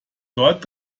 dort